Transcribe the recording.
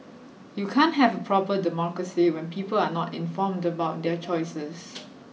you can't have a proper democracy when people are not informed about their choices